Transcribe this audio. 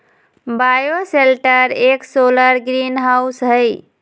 bioshelter एक solar greenhouse हई